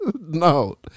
No